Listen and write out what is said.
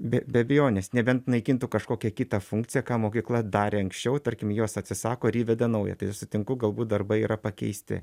be be abejonės nebent naikintų kažkokią kitą funkciją ką mokykla darė anksčiau tarkim jos atsisako ir įveda naują tai aš sutinku galbūt darbai yra pakeisti